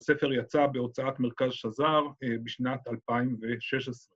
‫הספר יצא בהוצאת מרכז שזר ‫בשנת 2016.